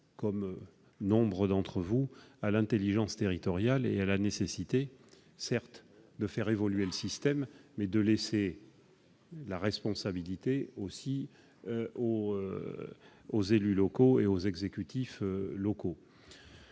comme nombre d'entre vous, à l'intelligence territoriale et à la nécessité de faire évoluer le système en laissant la responsabilité aux élus et aux exécutifs locaux.